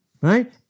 right